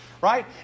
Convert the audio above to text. Right